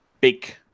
big